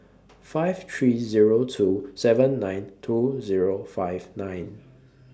five three Zero two seven nine two Zero five nine